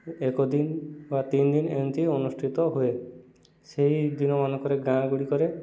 ଏକ ଦିନ ବା ତିନି ଦିନ ଏମିତି ଅନୁଷ୍ଠିତ ହୁଏ ସେହିଦିନ ମାନଙ୍କରେ ଗାଁ ଗୁଡ଼ିକରେ